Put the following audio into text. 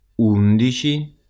Undici